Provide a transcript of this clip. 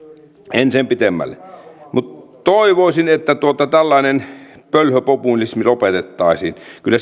en sen pitemmälle mutta toivoisin että tällainen pölhöpopulismi lopetettaisiin kyllä